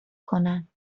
کنم